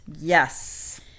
Yes